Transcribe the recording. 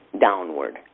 downward